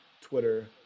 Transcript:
Twitter